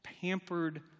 pampered